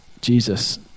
Jesus